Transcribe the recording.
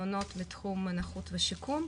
מעונות בתחום הנכות ושיקום,